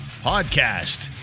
Podcast